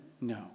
No